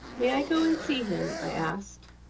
may i go and see him? i asked.